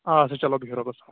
آدٕ سا چلو بِہِو رۅبَس حوالہٕ